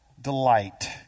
delight